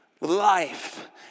life